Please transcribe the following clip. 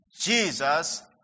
Jesus